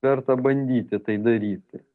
verta bandyti tai daryti